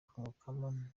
kunkuramo